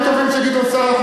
דברים טובים של גדעון סער,